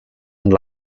and